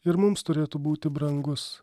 ir mums turėtų būti brangus